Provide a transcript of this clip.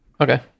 Okay